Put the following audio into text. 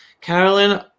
Carolyn